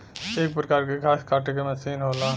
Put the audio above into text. एक परकार के घास काटे के मसीन होला